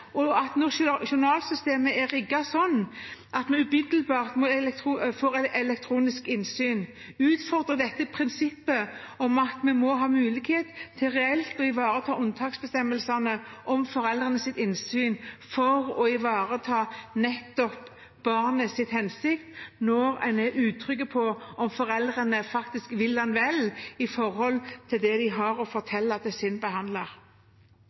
og at når journalsystemet er rigget slik at man umiddelbart får elektronisk innsyn, utfordrer det prinsippet om at man må ha mulighet til reelt å ivareta unntaksbestemmelsene om foreldrenes innsyn – for å ivareta nettopp barnets hensyn når en er utrygg på om foreldrene faktisk vil en vel når det gjelder det de har å fortelle til sin behandler.